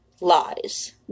lies